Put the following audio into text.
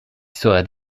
serai